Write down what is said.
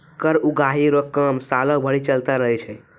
कर उगाही रो काम सालो भरी चलते रहै छै